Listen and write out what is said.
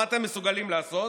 מה אתם מסוגלים לעשות?